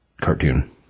cartoon